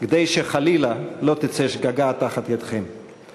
כדי שחלילה לא תצא שגגה תחת ידכם,